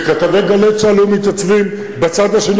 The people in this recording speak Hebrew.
שכתבי "גלי צה"ל" היו מתייצבים בצד השני,